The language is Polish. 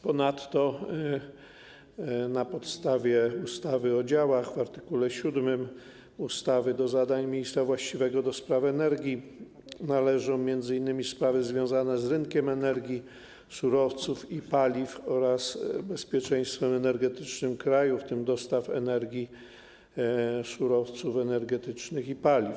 Ponadto na podstawie ustawy o działach, zgodnie z art. 7 ustawy, do zadań ministra właściwego do spraw energii należą m.in. sprawy związane z rynkiem energii, surowców i paliw oraz bezpieczeństwem energetycznym kraju, w tym dostaw energii, surowców energetycznych i paliw.